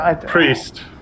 Priest